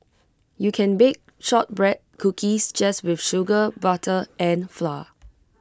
you can bake Shortbread Cookies just with sugar butter and flour